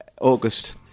August